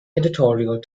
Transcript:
editorial